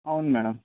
అవును మేడమ్